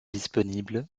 disponible